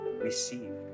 receive